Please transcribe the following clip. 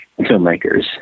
filmmakers